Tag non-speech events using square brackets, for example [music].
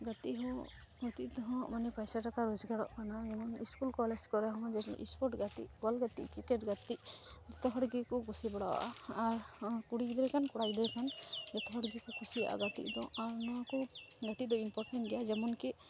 ᱜᱟᱛᱮᱜ ᱦᱚᱸ ᱜᱟᱛᱮᱜᱛᱮᱦᱚᱸ ᱢᱟᱱᱮ ᱯᱚᱭᱥᱟᱼᱴᱟᱠᱟ ᱨᱳᱡᱽᱜᱟᱨᱚᱜ ᱠᱟᱱᱟ ᱡᱮᱢᱚᱱ ᱥᱠᱩᱞ ᱼᱠᱚᱞᱮᱡᱽ ᱠᱚᱨᱮᱦᱚᱸ [unintelligible] ᱥᱯᱳᱨᱴ ᱜᱟᱛᱮᱜ ᱵᱚᱞ ᱜᱟᱛᱮᱜ ᱠᱨᱤᱠᱮᱴ ᱜᱟᱛᱮᱜ ᱡᱚᱛᱚ ᱦᱚᱲᱜᱮᱠᱚ ᱠᱩᱥᱤ ᱵᱟᱲᱟᱣᱟᱜᱼᱟ ᱟᱨ ᱠᱩᱲᱤ ᱜᱤᱫᱽᱨᱟᱹᱠᱟᱱ ᱠᱚᱲᱟ ᱜᱤᱫᱽᱨᱟᱹᱠᱟᱱ ᱡᱚᱛᱚ ᱦᱚᱲᱜᱮᱠᱚ ᱠᱩᱥᱤᱭᱟᱜᱼᱟ ᱜᱟᱛᱮᱜ ᱫᱚ ᱟᱨ ᱱᱚᱣᱟᱠᱚ ᱜᱟᱛᱮᱜ ᱫᱚ ᱤᱢᱯᱚᱴᱮᱱ ᱜᱮᱭᱟ ᱡᱮᱢᱚᱱᱠᱤ